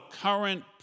current